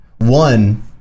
One